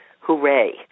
hooray